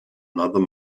another